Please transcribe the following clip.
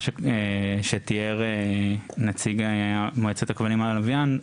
מה שתיאר נציג מועצת הכבלים והלווין,